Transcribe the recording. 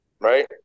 right